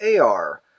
AR